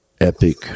Epic